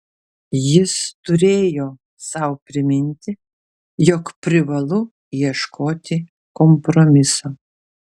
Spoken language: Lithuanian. jis turėjo sau priminti jog privalu ieškoti kompromiso